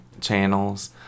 channels